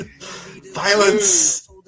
Violence